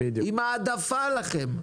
עם העדפה להם,